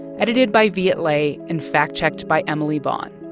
edited by viet le and fact-checked by emily vaughn.